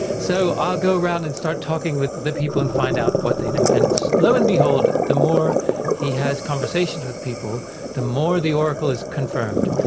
so i'll go around and start talking with the people and find out what they know. and lo and behold the more he has conversations with people the more the oracle is confirmed.